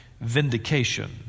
vindication